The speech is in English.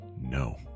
No